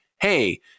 hey